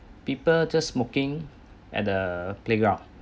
people just smoking at the playground